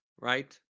right